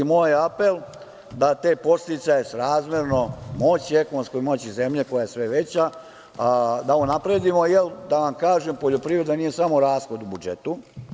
Moj apel je da te podsticaje srazmerno ekonomskoj moći zemlje, koja je sve veća, da unapredimo, jer da vam kažem, poljoprivreda nije samo rashod u budžetu.